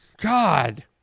God